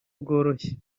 bworoshye